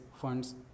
funds